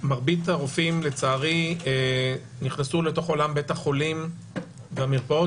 מרבית הרופאים לצערי נכנסו לתוך עולם בית החולים והמרפאות,